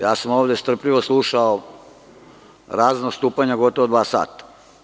Ja sam ovde strpljivo slušao razna odstupanja gotovo dva sata.